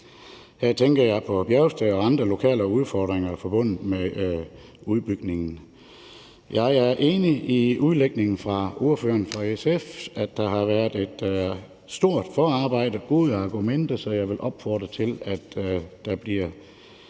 Her tænker jeg på Bjergsted og andre lokale udfordringer forbundet med udbygningen. Jeg er enig i udlægningen fra ordføreren for SF, nemlig at der har været et stort forarbejde og gode argumenter, så jeg vil opfordre til, at der bliver kigget